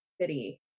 city